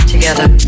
together